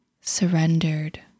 surrendered